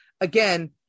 again